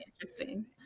interesting